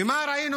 ומה ראינו,